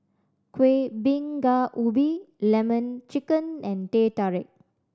Kueh Bingka Ubi Lemon Chicken and Teh Tarik